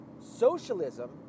Socialism